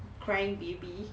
crying baby